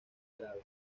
grave